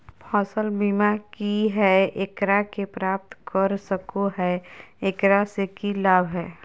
फसल बीमा की है, एकरा के प्राप्त कर सको है, एकरा से की लाभ है?